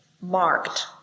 marked